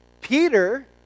Peter